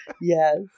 yes